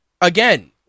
again